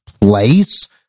place